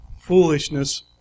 foolishness